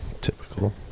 Typical